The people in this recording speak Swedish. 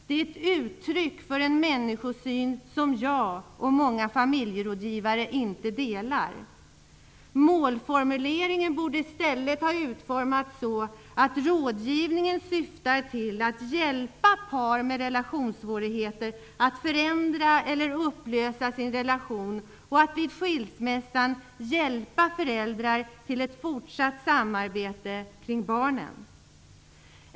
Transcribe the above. Det är ett uttryck för en människosyn som jag och många familjerådgivare inte delar. Målformuleringen borde i stället ha utformats så att rådgivningen syftar till att hjälpa par med relationssvårigheter att förändra eller upplösa sin relation och att vid skilsmässa hjälpa föräldrar till ett fortsatt samarbete kring barnen.